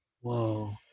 whoa